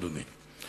אדוני.